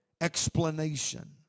explanation